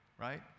right